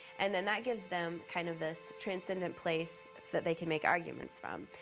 and then that gives them kind of this transcendent place that they can make arguments from.